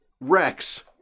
rex